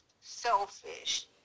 selfish